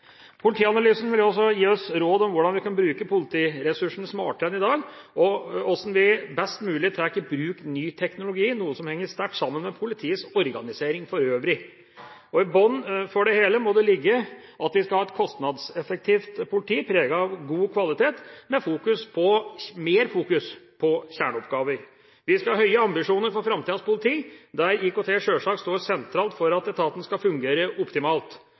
Politianalysen vil også gi oss råd om hvordan vi kan bruke politiressursene smartere enn i dag, og om hvordan vi best mulig tar i bruk ny teknologi, noe som henger sterkt sammen med politiets organisering for øvrig. I bunnen for det hele må det ligge at vi skal ha et kostnadseffektivt politi preget av god kvalitet, med mer fokus på kjerneoppgaver. Vi skal ha høye ambisjoner for framtidas politi, der IKT sjølsagt står sentralt for at etaten skal fungere optimalt.